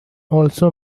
also